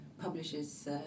publishes